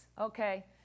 Okay